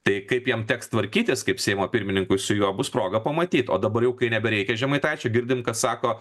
tai kaip jam teks tvarkytis kaip seimo pirmininkui su juo bus proga pamatyt o dabar jau kai nebereikia žemaitaičio girdim kad sako